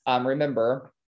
Remember